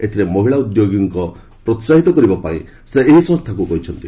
ଏଥିରେ ମହିଳା ଉଦ୍ୟୋଗଙ୍କ ପ୍ରୋସାହିତ କରିବା ପାଇଁ ସେ ଏହି ସଂସ୍ଥାକୁ କହିଛନ୍ତି